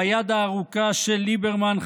והיד הארוכה של ליברמן,